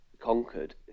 conquered